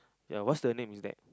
ya what's the name is that